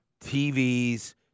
TVs